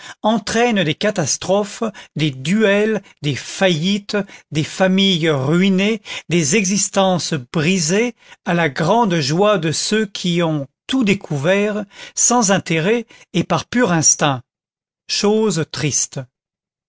entraînent des catastrophes des duels des faillites des familles ruinées des existences brisées à la grande joie de ceux qui ont tout découvert sans intérêt et par pur instinct chose triste